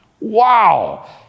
Wow